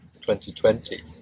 2020